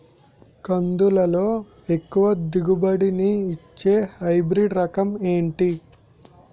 కందుల లో ఎక్కువ దిగుబడి ని ఇచ్చే హైబ్రిడ్ రకం ఏంటి?